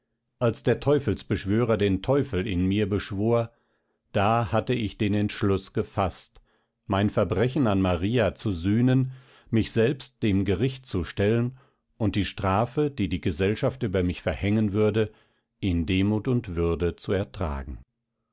als der teufelsbeschwörer den teufel in mir beschwor da hatte ich den entschluß gefaßt mein verbrechen an maria zu sühnen mich selbst dem gericht zu stellen und die strafe die die gesellschaft über mich verhängen würde in demut und würde zu ertragen